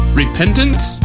repentance